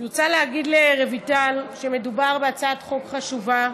אני רוצה להגיד לרויטל שמדובר בהצעת חוק חשובה,